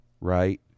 right